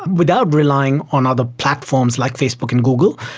without relying on other platforms like facebook and google.